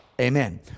Amen